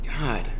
God